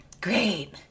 Great